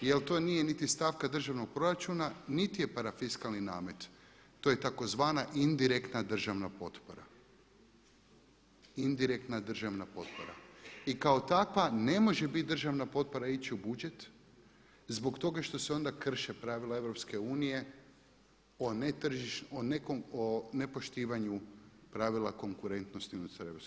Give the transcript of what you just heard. jel to nije niti stavka državnog proračuna niti je parafiskalni namet, to je tzv. indirektna državna potpora i kao takva ne može biti državna potpora i ići u budžet zbog toga što se onda krše pravila EU o nepoštivanju pravila konkurentnosti unutar EU.